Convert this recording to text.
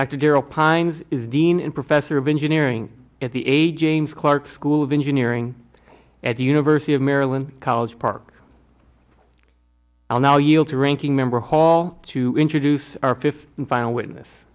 dr daryl pines is dean and professor of engineering at the a james clark school of engineering at the university of maryland college park i'll now yield to ranking member hall to introduce our fifth and final witness